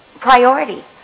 priority